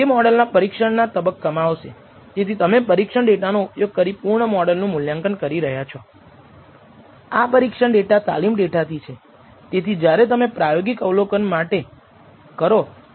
અલબત્ત કારણ કે અપેક્ષિત મૂલ્ય β̂1 β1 છે તે સામાન્ય રીતે β1 સાથે વહેંચવામાં આવે છે